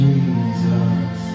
Jesus